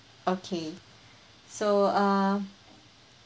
okay so uh